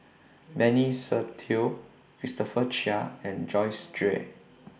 Benny Se Teo Christopher Chia and Joyce Jue